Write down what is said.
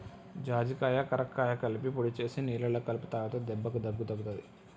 జాజికాయ కరక్కాయ కలిపి పొడి చేసి నీళ్లల్ల కలిపి తాగితే దెబ్బకు దగ్గు తగ్గుతది